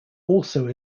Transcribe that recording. also